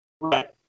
Right